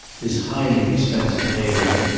his highly expensive tailoring,